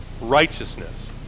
righteousness